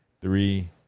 three